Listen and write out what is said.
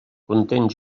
content